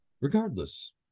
Regardless